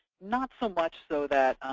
not so much so that